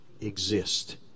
exist